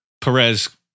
Perez